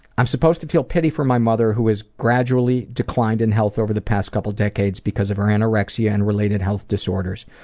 i'm supposed to feel pity for my mother who has gradually declined in health over the past couple decades because of her anorexia and related health disorders.